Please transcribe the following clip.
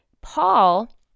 Paul